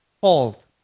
fault